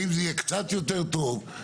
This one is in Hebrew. האם זה יהיה קצת יותר טוב,